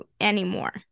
anymore